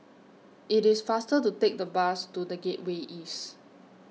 IT IS faster to Take The Bus to The Gateway East